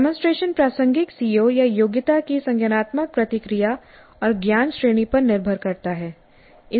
demonstration प्रासंगिक CO या योग्यता की संज्ञानात्मक प्रक्रिया और ज्ञान श्रेणी पर निर्भर करता है